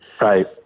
Right